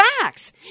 facts